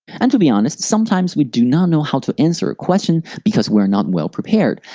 and to be honest, sometimes we do not know how to answer a question because we are not well prepared,